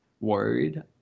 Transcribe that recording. worried